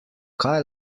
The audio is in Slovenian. kaj